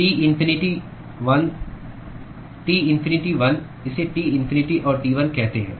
T infinity 1 इसे T infinity और T1 कहते हैं